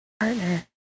partner